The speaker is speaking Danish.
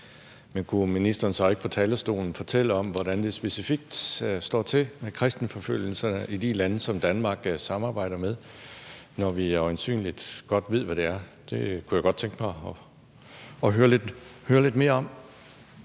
Men kunne ministeren så ikke på talerstolen fortælle om, hvordan det specifikt står til med kristenforfølgelserne i de lande, Danmark samarbejder med, når vi øjensynlig godt ved, hvor det er? Det kunne jeg godt tænke mig at høre lidt mere om.